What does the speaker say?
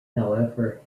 however